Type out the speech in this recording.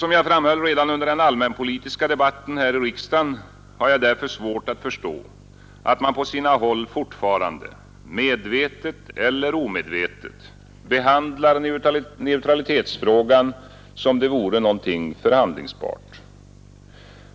Som jag framhöll redan under den allmänpolitiska debatten här i riksdagen har jag därför svårt att förstå att man på sina håll fortfarande — medvetet eller omedvetet — behandlar neutralitetsfrågan som om det vore någonting förhandlingsbart.